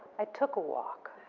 i took a walk.